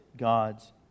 God's